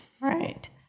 Right